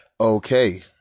Okay